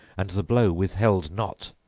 and the blow withheld not.